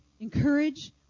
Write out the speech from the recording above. encourage